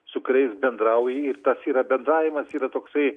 su kuriais bendrauji ir tas yra bendravimas yra toksai